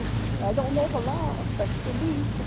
i don't know the law, but to me,